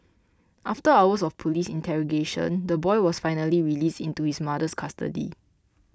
after hours of police interrogation the boy was finally released into his mother's custody